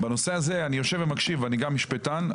בנושא הזה, אני יושב ומקשיב ואני גם משפטן.